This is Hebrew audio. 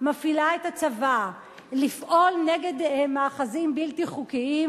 מפעילה את הצבא לפעול נגד מאחזים בלתי חוקיים,